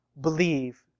believe